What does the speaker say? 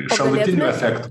šalutinių efektų